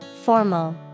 Formal